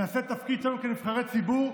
נעשה את התפקיד שלנו כנבחרי ציבור,